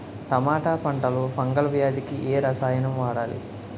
టమాటా పంట లో ఫంగల్ వ్యాధికి ఏ రసాయనం వాడాలి?